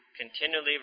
continually